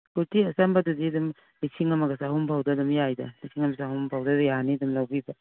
ꯀꯨꯔꯇꯤ ꯑꯆꯝꯕꯗꯨꯗꯤ ꯑꯗꯨꯝ ꯂꯤꯁꯤꯡ ꯑꯃꯒ ꯆꯍꯨꯝ ꯐꯥꯎꯗ ꯑꯗꯨꯝ ꯌꯥꯏꯗ ꯂꯤꯁꯤꯡ ꯑꯃꯒ ꯆꯍꯨꯝ ꯐꯥꯎꯗ ꯌꯥꯅꯤ ꯑꯗꯨꯝ ꯂꯧꯕꯤꯕ